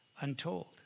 untold